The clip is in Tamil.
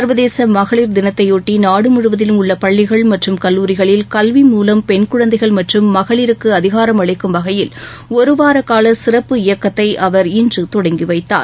சர்வதேச மகளிர் தினத்தையொட்டி நாடுமுழுவதிலும் உள்ள பள்ளிகள் மற்றும் கல்லூரிகளில் கல்வி மூலம் பெண் குழந்தைகள் மற்றும் மகளிருக்கு அதிகாரம் அளிக்கும் வகையில் ஒருவார கால சிறப்பு இயக்கத்தை அவர் இன்று தொடங்கிவைத்தார்